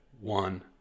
one